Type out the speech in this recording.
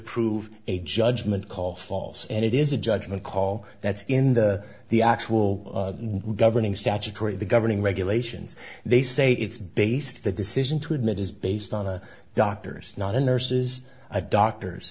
prove a judgment call false and it is a judgment call that's in the the actual governing statutory the governing regulations they say it's based the decision to admit is based on a doctor's not a nurses a doctor